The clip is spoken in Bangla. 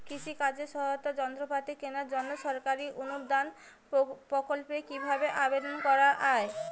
কৃষি কাজে সহায়তার যন্ত্রপাতি কেনার জন্য সরকারি অনুদান প্রকল্পে কীভাবে আবেদন করা য়ায়?